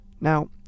Now